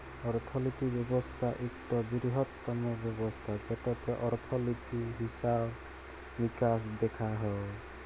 অর্থলিতি ব্যবস্থা ইকট বিরহত্তম ব্যবস্থা যেটতে অর্থলিতি, হিসাব মিকাস দ্যাখা হয়